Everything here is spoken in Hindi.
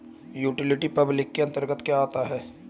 यूटिलिटी पब्लिक के अंतर्गत क्या आता है?